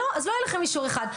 לא, אז לא יהיה לכם אישור אחד.